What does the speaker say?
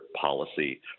policy